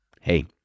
Hey